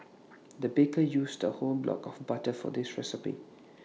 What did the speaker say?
the baker used A whole block of butter for this recipe